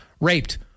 Raped